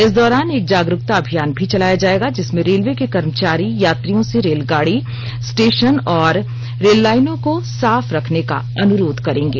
इस दौरान एक जागरूकता अभियान भी चलाया जाएगा जिसमें रेलवे के कर्मचारी यात्रियों से रेलगाड़ी स्टेशन और रेललाइनों को साफ रखने का अनुरोध करेंगे